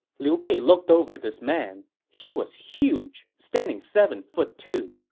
liu bei looked over this man. he was huge standing seven foot two.